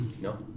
No